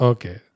Okay